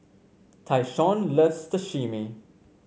Tyshawn loves